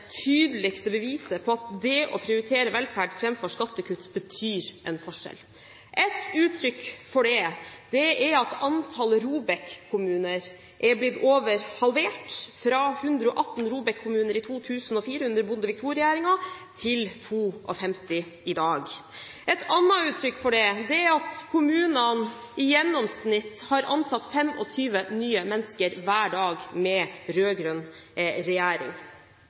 tydeligste beviset på at det å prioritere velferd framfor skattekutt betyr en forskjell. Et uttrykk for det er at antallet ROBEK-kommuner er blitt over halvert, fra 118 ROBEK-kommuner i 2004 under Bondevik II-regjeringen til 52 i dag. Et annet uttrykk for det er at kommunene i gjennomsnitt har ansatt 25 nye mennesker hver dag med rød-grønn regjering.